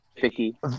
Vicky